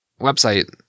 website